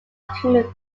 human